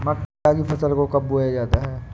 मक्का की फसल को कब बोया जाता है?